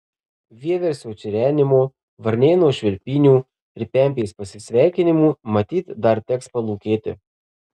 vieversio čirenimo varnėno švilpynių ir pempės pasisveikinimų matyt dar teks palūkėti